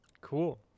Cool